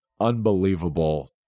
unbelievable